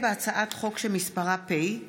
הצעת חוק הגנת הצרכן (תיקון,